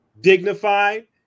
dignified